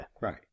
right